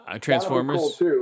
Transformers